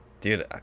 Dude